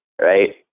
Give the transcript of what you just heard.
right